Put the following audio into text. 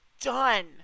done